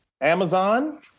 Amazon